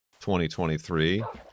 2023